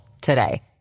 today